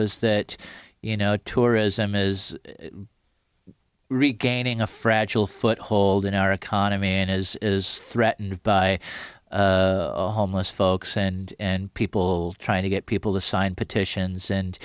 was that you know tourism is regaining a fragile foothold in our economy as is threatened by homeless folks and people trying to get people to sign petitions and